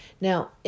Now